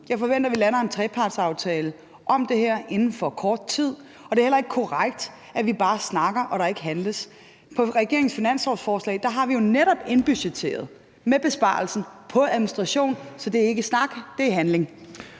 jeg forventer, at vi lander en trepartsaftale om det her inden for kort tid. Det er heller ikke korrekt, at vi bare snakker, og at der ikke handles. På regeringens finanslovsforslag har vi jo netop indbudgetteret besparelsen på administration. Så det er ikke snak – det er handling.